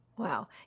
Wow